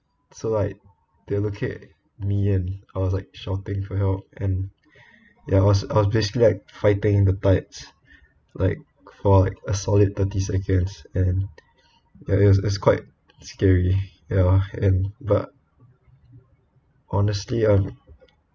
so like they locate me and I was like shouting for help and ya I was I was basically like fighting the tides like for a solid thirty seconds and ya ya it's it's quite scary ya and but honestly I'm